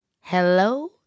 Hello